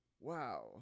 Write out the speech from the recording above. Wow